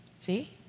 See